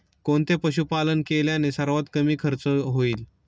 कोणते पशुपालन केल्याने सर्वात कमी खर्च होईल?